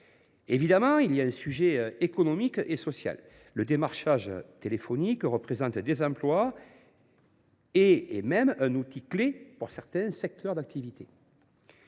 Évidemment, il y a un sujet économique et social. Le démarchage téléphonique représente des emplois ; il constitue même un outil clé dans certains secteurs d’activité.